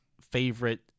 favorite